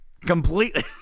Completely